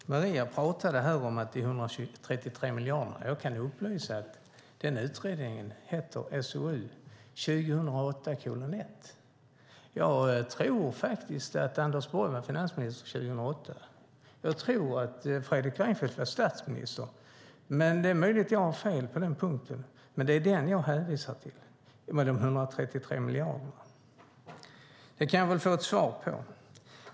Fru talman! Maria Abrahamsson pratade här om de 133 miljarderna. Jag kan upplysa om att utredningen heter SoU2008:1. Jag tror faktiskt att Anders Borg var finansminister och att Fredrik Reinfeldt var statsminister 2008. Det är möjligt att jag har fel på den punkten, men det är den utredningen jag hänvisar till när det gäller de 133 miljarderna. Det kan jag väl få en kommentar till.